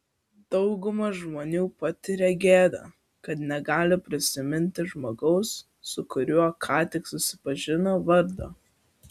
dauguma žmonių patiria gėdą kad negali prisiminti žmogaus su kuriuo ką tik susipažino vardo